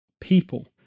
people